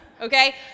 okay